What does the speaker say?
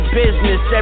business